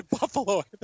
Buffalo